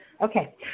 Okay